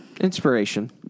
Inspiration